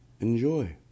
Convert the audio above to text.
enjoy